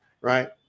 right